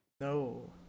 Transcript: No